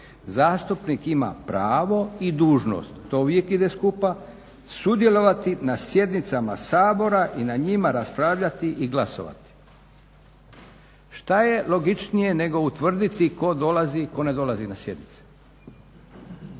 zastupnik ima pravo i dužnost", to uvijek ide skupa "sudjelovati na sjednicama Sabora i na njima raspravljati i glasovati." Što je logičnije nego utvrditi tko dolazi i tko ne dolazi na sjednice?